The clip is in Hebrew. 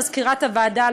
מזכירת הועדה,